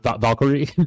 Valkyrie